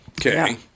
Okay